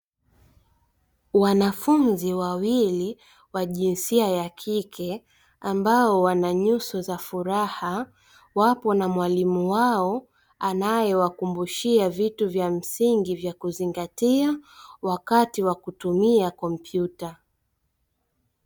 Wanafunzi wawili wa jinsia ya kike, ambao wana nyuso za furaha wapo na mwalimu wao anayewakumbushia vitu vya msingi vya kuzingatia wakati wakutumia kompyuta.